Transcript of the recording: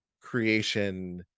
creation